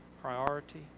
priority